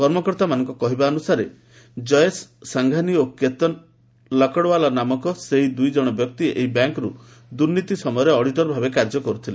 କର୍ମକର୍ତ୍ତାମାନଙ୍କ କହିବା ଅନୁସାରେ ଜୟେଶ ସାଂଘାନି ଓ କେତନ ଲକଡୱାଲା ନାମକ ସେହି ଦୂଇଜଣ ବ୍ୟକ୍ତି ଏହି ବ୍ୟାଙ୍କ ଦୁର୍ନୀତି ସମୟରେ ଅଡିଟର ଭାବେ କାର୍ଯ୍ୟ କରୁଥିଲେ